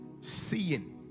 seeing